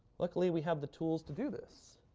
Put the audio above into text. luckily we have the tools to do this,